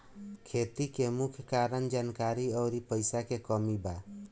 खेती के मुख्य कारन जानकारी अउरी पईसा के कमी बा